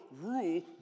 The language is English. rule